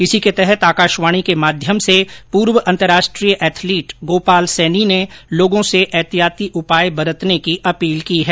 इसी के तहत आकाशवाणी के माध्यम से पूर्व अन्तरराष्ट्रीय एथलीट गोपाल सैनी ने लोगों से एतिहायाती उपाय बरतने की अपील की है